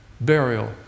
burial